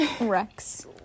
Rex